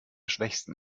schwächsten